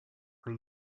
are